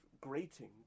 grating